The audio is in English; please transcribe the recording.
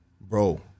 Bro